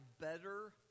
better